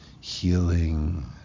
healing